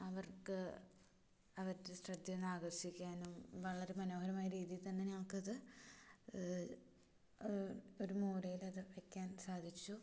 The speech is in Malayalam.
അവർക്ക് അവരുടെ ശ്രദ്ധയൊന്നാകർഷിക്കാനും വളരെ മനോഹരമായ രീതീയിൽ തന്നെ ഞങ്ങൾക്കത് ഒരു മൂലയിലത് വയ്ക്കാൻ സാധിച്ചു